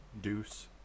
deuce